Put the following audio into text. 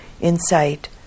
insight